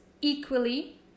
equally